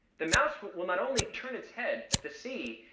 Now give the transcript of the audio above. the mouse will not only turn its head at the c,